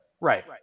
Right